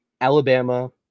Alabama